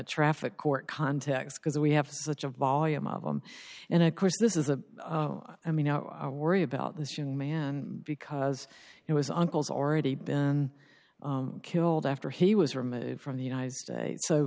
traffic court context because we have such a volume of them and of course this is a i mean i worry about this young man because it was uncle's already been killed after he was removed from the united states so